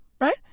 right